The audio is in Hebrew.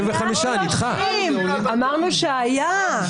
אני מוכן שיהיה בכל מקום שאתה רוצה,